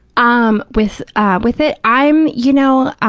um with ah with it? i'm, you know,